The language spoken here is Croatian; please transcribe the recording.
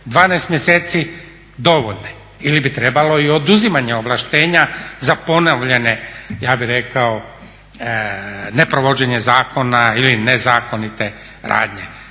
12 mjeseci dovoljne ili bi trebalo i oduzimanje ovlaštenja za ponovljene ja bi rekao neprovođenje zakona ili nezakonite radnje?